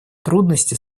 трудности